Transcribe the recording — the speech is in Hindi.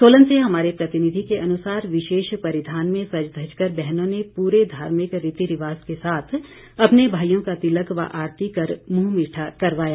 सोलन से हमारे प्रतिनिधि के अनुसार विशेष परिधान में सज धज कर बहनों ने पूरे धार्मिक रीति रिवाज के साथ अपने भाईयों का तिलक व आरती कर मुंह मीठा करवाया